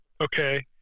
Okay